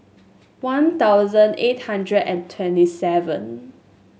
One Thousand eight hundred and twenty seven